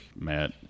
Matt